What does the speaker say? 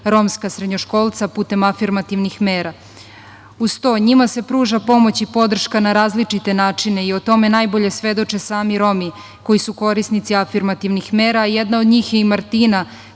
romska srednjoškolca putem afirmativnih mera. Uz to, njima se pruža pomoć i podrška na različite načine i o tome najbolje svedoče sami Romi koji su korisnici afirmativnih mera, a jedna od njih je i Martina,